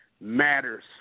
matters